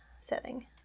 setting